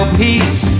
peace